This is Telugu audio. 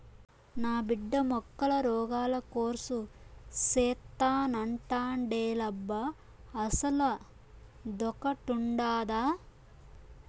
నా బిడ్డ మొక్కల రోగాల కోర్సు సేత్తానంటాండేలబ్బా అసలదొకటుండాదా